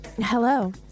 Hello